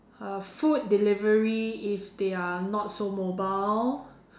uh food delivery if they are not so mobile